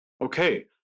Okay